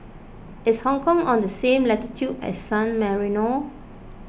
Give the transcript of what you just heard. is Hong Kong on the same latitude as San Marino